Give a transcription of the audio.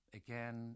again